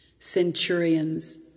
centurions